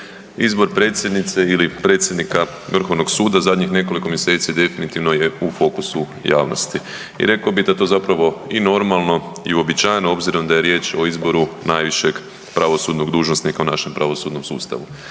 izbor predsjednice ili predsjednika Vrhovnog suda zadnjih nekoliko mjeseci definitivno je u fokusu javnosti i rekao bi da je to zapravo i normalno i uobičajeno obzirom da je riječ o izboru najvišeg pravosudnog dužnosnika u našem pravosudnom sustavu.